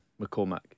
McCormack